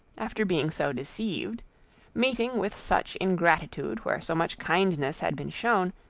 after being so deceived meeting with such ingratitude, where so much kindness had been shewn,